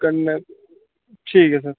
कन्नै ठीक ऐ सर